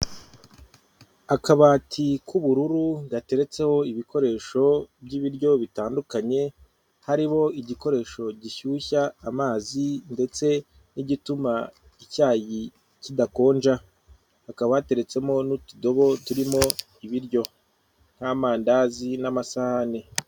Akabati k'ubururu gateretseho ibikoresho by'ibiryo bitandukanye, harimo igikoresho gishyushya amazi, ndetse n'igituma icyayi kidakonja, hakaba hateretsemo n'utudobo turimo ibiryo nk'amandazi n'amasahane.